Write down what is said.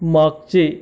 मागचे